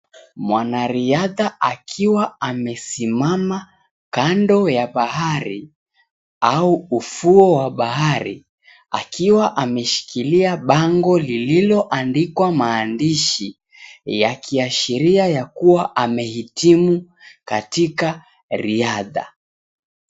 Mwanariadha akiwa amesimama kando ya bahari au ufuo wa bahari, akiwa ameshikilia bango lililoandikwa maandishi, yakiashiria yakuwa amehitimu katika riadha.